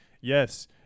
yes